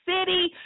city